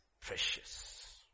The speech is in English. precious